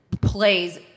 plays